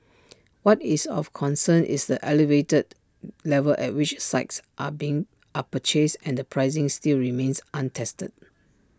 what is of concern is the elevated level at which sites are being are purchased and the pricing still remains untested